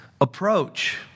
approach